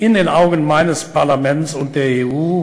ידוע לכם שהפרלמנט האירופי,